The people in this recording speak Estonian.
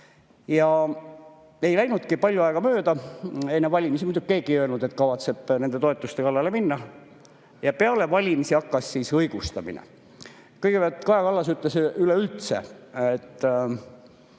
Ja ei läinudki palju aega mööda, enne valimisi muidugi keegi ei öelnud, et kavatseb nende toetuste kallale minna, aga peale valimisi hakkas õigustamine. Kõigepealt Kaja Kallas ütles, et üleüldse oli